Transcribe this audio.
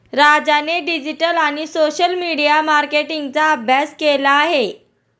राजाने डिजिटल आणि social media मार्केटिंगचा अभ्यास केला आहे